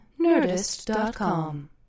Nerdist.com